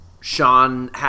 Sean